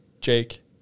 Jake